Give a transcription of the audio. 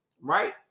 Right